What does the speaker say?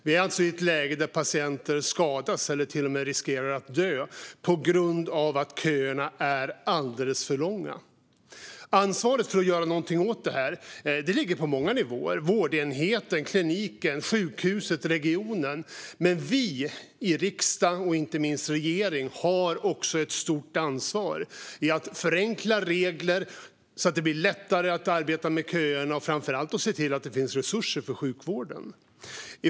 Vi är alltså i ett läge där patienter skadas eller till och med riskerar att dö på grund av att köerna är alldeles för långa. Ansvaret för att göra någonting åt det här ligger på många nivåer: vårdenheten, kliniken, sjukhuset, regionen. Men vi i riksdag och inte minst regering har också ett stort ansvar när det kommer till att förenkla regler så att det blir lättare att arbeta med köerna och framför allt se till att det finns resurser för sjukvården.